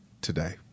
today